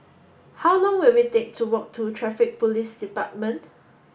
how long will it take to walk to Traffic Police Department